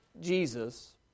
Jesus